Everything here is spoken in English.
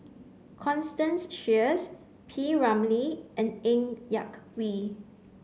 constance Sheares P Ramlee and Ng Yak Whee